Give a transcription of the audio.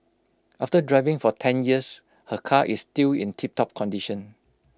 after driving for ten years her car is still in tiptop condition